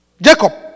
Jacob